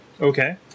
Okay